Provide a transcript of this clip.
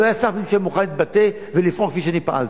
לא היה שר שמוכן להתבטא ולפעול כפי שאני פעלתי.